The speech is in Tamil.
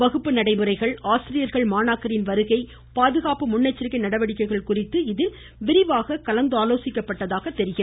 வகுப்பு நடைமுறைகள் ஆசிரியர்கள் மாணாக்கரின் வருகை பாதுகாப்பு முன்னெச்சரிக்கை நடவடிக்கைகள் குறித்து இதில் கலந்தாலோசிக்கப்பட்டதாக தெரிகிறது